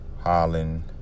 Holland